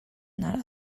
not